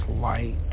light